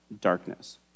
darkness